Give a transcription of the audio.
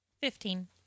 Fifteen